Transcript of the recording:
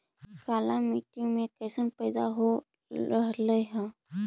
काला मिट्टी मे कैसन पैदा हो रहले है?